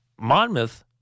Monmouth